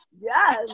yes